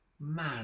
man